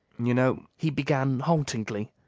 you know, he began haltingly,